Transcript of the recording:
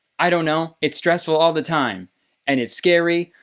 i don't know. it's stressful all the time and it's scary.